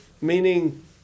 meaning